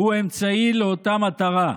הוא אמצעי לאותה מטרה,